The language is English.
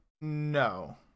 no